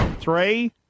Three